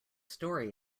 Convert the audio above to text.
story